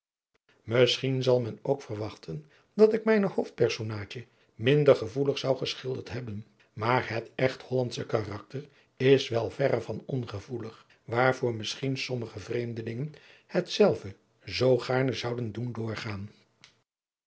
misschien zal men ook verwachten dat ik mijne hoofdpersonaadje minder gevoelig zou geschilderd hebben maar het echt hollandsche karakter is wel verre van ongevoelig waarvoor misschien sommige vreemdelingen hetzelve zoo gaarne zouden doen doorgaan